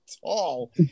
tall